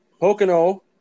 Pocono